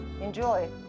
Enjoy